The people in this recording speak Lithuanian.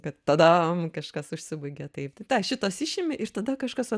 kad tadam kažkas užsibaigė taip tai tą šitas išimi iš tada kažkas